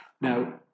Now